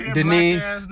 Denise